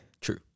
True